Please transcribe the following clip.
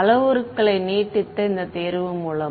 அளவுருக்களை நீட்டித்த இந்த தேர்வு மூலம்